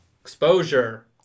Exposure